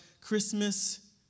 Christmas